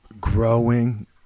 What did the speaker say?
Growing